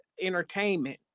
entertainment